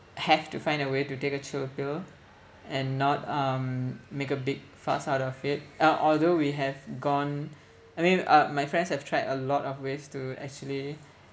have to find a way to take a chill pill and not um make a big fuss out of it uh although we have gone I mean uh my friends have tried a lot of ways to actually